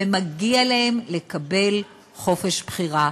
ומגיע להם לקבל חופש בחירה.